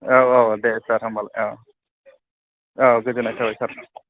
औ औ दे सार होमबालाय औ दे गोजोननाय थाबाय सार